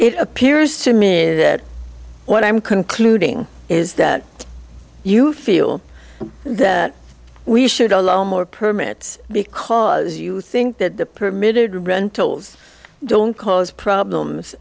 it appears to me that what i'm concluding is that you feel that we should allow more permits because you think that the permitted rentals don't cause problems